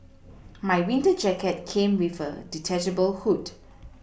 my winter jacket came with a detachable hood